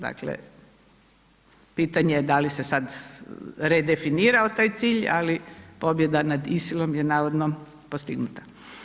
Dakle, pitanje da li se sad redefinirao taj cilj, ali pobjeda nad ISIL-om je navodno postignuta.